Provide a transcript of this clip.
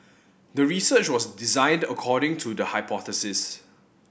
the research was designed according to the hypothesis